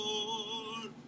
Lord